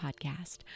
Podcast